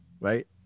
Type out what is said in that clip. Right